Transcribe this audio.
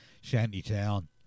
Shantytown